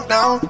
Now